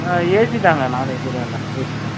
ஆ AC தான்ங்க நான் ஏசிலாம் இல்லை ஏசி தான்